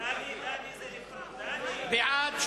בעד,